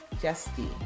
Justine